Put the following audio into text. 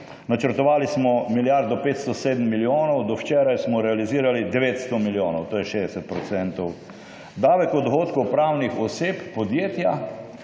Načrtovali smo milijardo 507 milijonov, do včeraj smo realizirali 900 milijonov, to je 60 %. Davek od dohodkov pravnih oseb, podjetja,